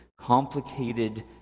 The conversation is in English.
complicated